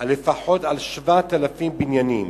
לפחות על 7,000 בניינים.